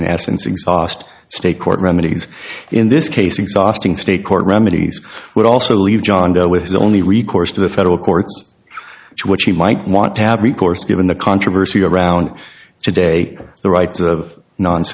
in essence exhaust state court remedies in this case exhausting state court remedies would also leave john doe with his only recourse to the federal courts to which he might want to have recourse given the controversy around today the rights of non